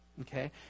Okay